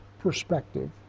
perspective